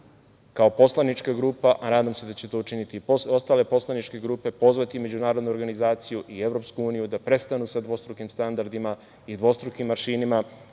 kao poslanička grupa, a nadam se da će to učiniti i ostale poslaničke grupe, pozvati međunarodnu organizaciju i EU da prestanu sa dvostrukim standardima i dvostrukim aršinima